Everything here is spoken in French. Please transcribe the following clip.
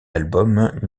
albums